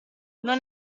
non